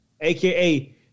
aka